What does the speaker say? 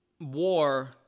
war